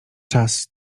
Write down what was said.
czas